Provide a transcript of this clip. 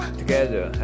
together